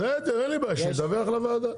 בסדר, אין לי בעיה, שידווח לוועדה.